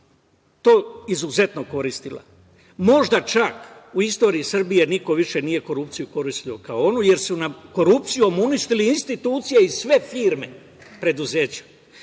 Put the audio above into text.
to izuzetno koristila. Možda, čak u istoriji Srbije niko više korupciju nije koristio kao oni, jer su nam korupcijom uništili institucije i sve firme, preduzeća. Dozvolite